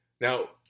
Now